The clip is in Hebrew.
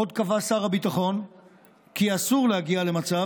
עוד קבע שר הביטחון כי אסור להגיע למצב